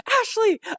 Ashley